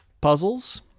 puzzles